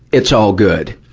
it's all good.